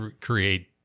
create